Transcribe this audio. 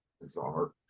bizarre